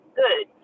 good